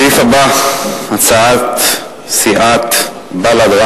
הסעיף הבא: הצעת סיעות בל"ד,